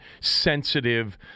sensitive